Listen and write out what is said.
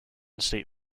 state